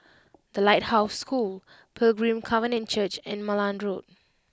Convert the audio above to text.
The Lighthouse School Pilgrim Covenant Church and Malan Road